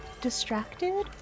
distracted